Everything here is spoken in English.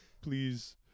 please